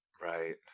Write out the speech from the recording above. right